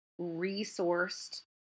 resourced